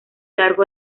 largo